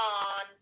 on